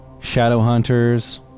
Shadowhunters